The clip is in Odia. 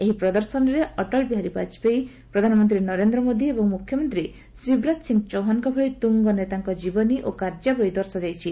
ଏହି ପ୍ରଦର୍ଶନୀରେ ଅଟଳ ବିହାରୀ ବାଜପେୟୀ ପ୍ରଧାନମନ୍ତ୍ରୀ ନରେନ୍ଦ୍ର ମୋଦି ଏବଂ ମୁଖ୍ୟମନ୍ତ୍ରୀ ଶିବରାଜ ସିଂ ଚୌହନଙ୍କ ଭଳି ତୁଙ୍ଗ ନେତାଙ୍କ ଜୀବନୀ ଓ କାର୍ଯ୍ୟାବଳୀ ଦର୍ଶାଯାଇଛି